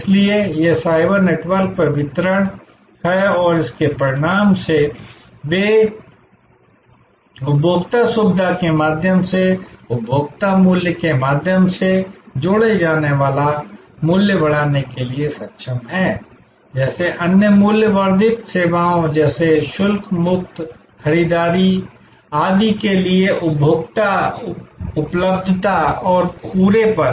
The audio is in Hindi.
इसलिए यह साइबर नेटवर्क पर वितरण है और इसके परिणामस्वरूप वे उपभोक्ता सुविधा के माध्यम से उपभोक्ता मूल्य के माध्यम से जोड़ा जाने वाला मूल्य बढ़ाने के लिए सक्षम हैं जैसे अन्य मूल्य वर्धित सेवाओं जैसे शुल्क मुक्त खरीदारी आदि के लिए उपभोक्ता उपलब्धता और पूरे पर